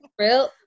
real